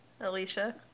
Alicia